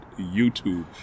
youtube